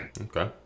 Okay